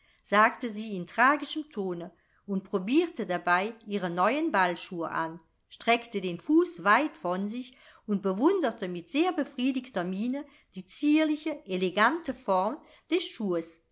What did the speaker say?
sagte sie in tragischem tone und probierte dabei ihre neuen ballschuhe an streckte den fuß weit von sich und bewunderte mit sehr befriedigter miene die zierliche elegante form des schuhes